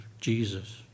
Jesus